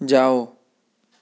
ਜਾਓ